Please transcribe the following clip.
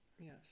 Yes